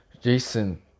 Jason